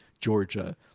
Georgia